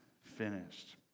finished